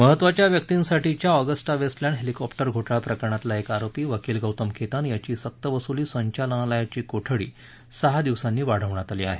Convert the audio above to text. महत्वाच्या व्यक्तींसाठीच्या Agusta Westland helicopter घोटाळा प्रकरणातला एक आरोपी वकील गौतम खेतान याची सक्रवसूली संचालनालयाची कोठडी सहा दिवसांनी वाढवण्यात आली आहे